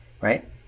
Right